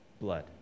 blood